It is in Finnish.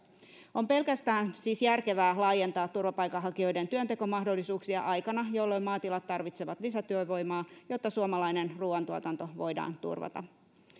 on siis pelkästään järkevää laajentaa turvapaikanhakijoiden työntekomahdollisuuksia aikana jolloin maatilat tarvitsevat lisätyövoimaa jotta suomalainen ruuantuotanto voidaan turvata